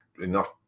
enough